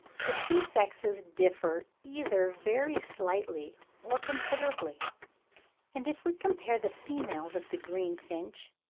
the two sexes differ either very slightly or considerably and if we compare the females of the greenfinch,